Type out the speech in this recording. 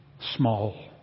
small